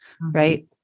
right